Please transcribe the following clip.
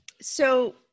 So-